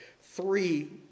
three